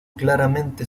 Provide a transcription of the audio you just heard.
claramente